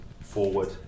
forward